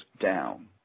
down